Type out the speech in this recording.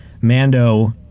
Mando